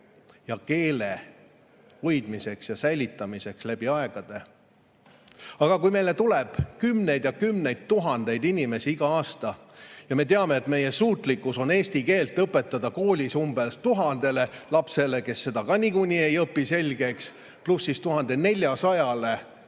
ja keele hoidmiseks ja säilitamiseks läbi aegade. Aga kui meile tuleb kümneid ja kümneid tuhandeid inimesi igal aastal ja me teame, et meie suutlikkus on eesti keelt õpetada koolis umbes 1000 lapsele, kes seda ka niikuinii ei õpi selgeks, pluss 1400 täiskasvanule.